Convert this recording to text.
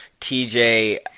TJ